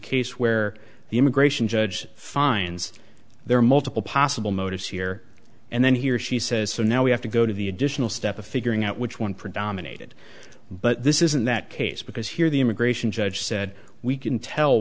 case where the immigration judge finds there are multiple possible motives here and then he or she says so now we have to go to the additional step of figuring out which one predominated but this isn't that case because here the m gratian judge said we can tell